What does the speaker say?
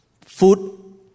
food